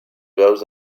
veus